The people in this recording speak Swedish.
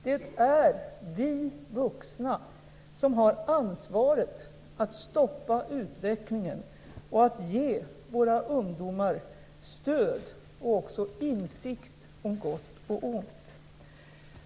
Det är vi vuxna som har ansvaret att stoppa utvecklingen och att ge våra ungdomar stöd och också insikt om gott och ont.